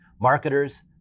marketers